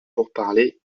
pourparlers